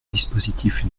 dispositif